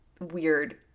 weird